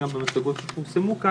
בקשר לאמון של הציבור במשטרה,